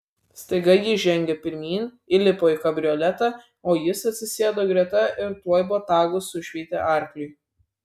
staiga ji žengė pirmyn įlipo į kabrioletą o jis atsisėdo greta ir tuoj botagu sušveitė arkliui